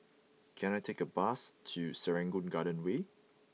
can I take a bus to Serangoon Garden Way